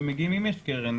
ומגיעים אם יש קרן